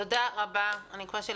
אני מבקשת